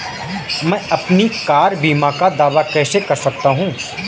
मैं अपनी कार बीमा का दावा कैसे कर सकता हूं?